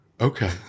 okay